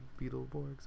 Beetleborgs